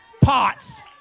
pots